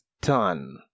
done